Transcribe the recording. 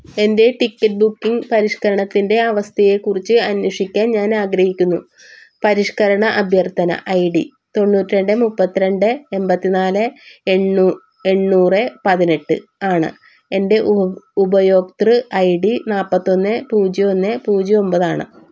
എൻറ്റെ ticket booking പരിഷ്ക്കരണത്തിൻറ്റെ അവസ്ഥയെക്കുറിച്ച് അന്വേഷിക്കാൻ ഞാനാഗ്രഹിക്കുന്നു പരിഷ്ക്കരണാഭ്യർത്ഥന ഐ ഡി തൊണ്ണൂറ്റിരണ്ട് മുപ്പത്തിരണ്ട് എണ്പത്തിനാല് എണ്ണൂറ് പതിനെട്ടാണ് എൻറ്റെ ഉപയോക്തൃ ഐ ഡി നാല്പ്പത്തിയൊന്ന് പൂജ്യം ഒന്ന് പൂജ്യം ഒമ്പതാണ്